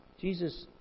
Jesus